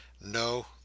No